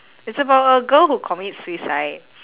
it's about a girl who commit suicide